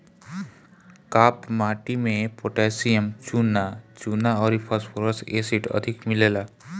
काप माटी में पोटैशियम, चुना, चुना अउरी फास्फोरस एसिड अधिक मिलेला